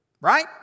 Right